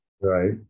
right